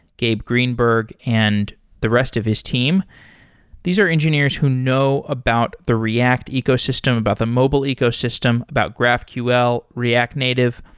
gabe greenberg, and the rest of his team these are engineers who know about the react ecosystem, about the mobile ecosystem, about graphql, react native.